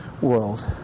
world